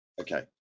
Okay